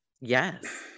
yes